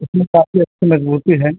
इसमें काफ़ी अच्छी मजबूती है